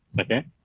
Okay